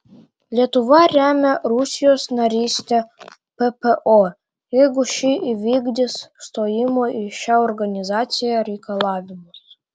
lietuva remia rusijos narystę ppo jeigu ši įvykdys stojimo į šią organizaciją reikalavimus